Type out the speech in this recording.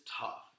tough